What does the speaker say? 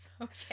okay